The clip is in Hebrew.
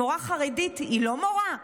מורה חרדית היא לא מורה?